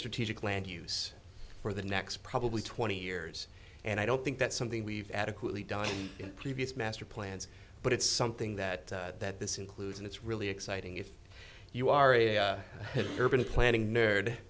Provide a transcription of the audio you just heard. strategic land use for the next probably twenty years and i don't think that's something we've adequately done in previous master plans but it's something that that this includes and it's really exciting if you are going to planning nerd